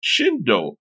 Shindo